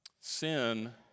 Sin